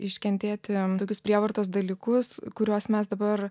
iškentėti tokius prievartos dalykus kuriuos mes dabar